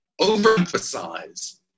overemphasize